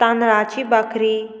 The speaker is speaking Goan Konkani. तांदळाची भाकरी